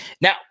Now